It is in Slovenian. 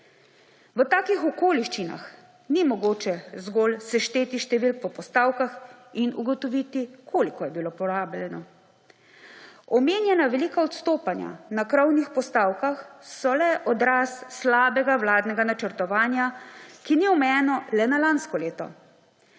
V takih okoliščinah ni mogoče zgolj sešteti številk po postavkah in ugotoviti, koliko je bilo porabljeno. Omenjena velika odstopanja na krovnih postavkah so le odraz slabega vladnega načrtovanja, ki ni omejeno le na lansko leto.